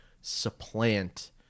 supplant